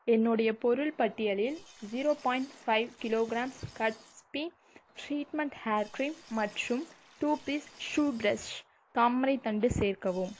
என்னுடைய பொருள் பட்டியலில் ஜீரோ பாயிண்ட் ஃபை கிலோ கிராம்ஸ் கட்ஸ்பி ட்ரீட்மென்ட் ஹேர் க்ரீம் மற்றும் டூ பீஸ் ஹூ ஃப்ரெஷ் தாமரை தண்டு சேர்க்கவும்